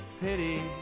pity